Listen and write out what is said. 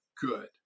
good